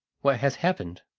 what has happened?